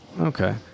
okay